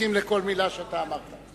מסכים לכל מלה שאתה אמרת.